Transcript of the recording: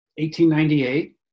1898